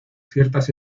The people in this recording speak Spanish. ciertas